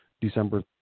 December